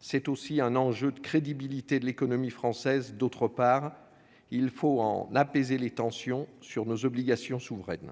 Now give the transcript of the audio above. c'est un enjeu de crédibilité de l'économie française, d'autre part. Il faut apaiser les tensions sur nos obligations souveraines.